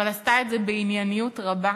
אבל עשתה את זה בענייניות רבה,